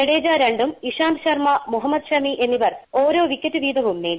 ജഡേജ രണ്ടും ഇഷാന്ത് ശർമ്മ മുഹമ്മദ് ഷമി എന്നിവർ ഓരോ വിക്കറ്റ് വീതവും നേടി